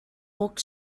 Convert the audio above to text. walk